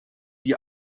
die